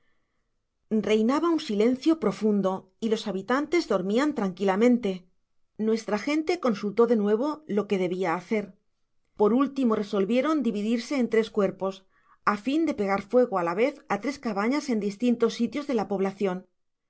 reinaba un silencio profundo y los habitantes dormian tranquilamente nuestra gente consultó de nuevo lo que debia hacer por último resolvieron dividirse en tras cuerpos á fin de pegar fuego á la vez á tres cabanas en distintos sitios de la poblacion luego á